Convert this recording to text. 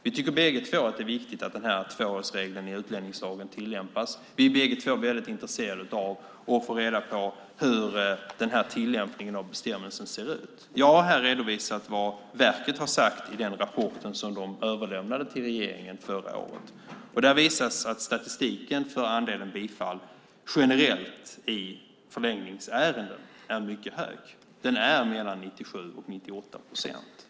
Vi tycker båda två att det är viktigt att tvåårsregeln i utlänningslagen tillämpas. Vi är båda två intresserade av att få reda på hur tillämpningen av bestämmelsen ser ut. Jag har här redovisat vad verket har sagt i den rapport som det överlämnade till regeringen förra året. Där visar statistiken att andelen bifall generellt i förlängningsärenden är mycket stor - mellan 97 och 98 procent.